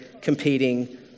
competing